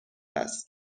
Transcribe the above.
است